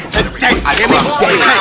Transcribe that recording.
Today